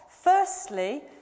firstly